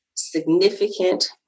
significant